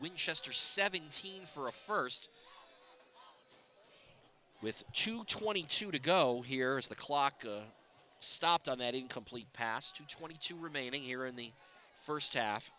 week chester seventeen for a first with two twenty two to go here as the clock stopped on that incomplete pass to twenty two remaining here in the first half